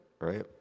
right